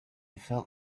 felt